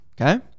Okay